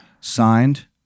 Signed